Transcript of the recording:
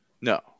No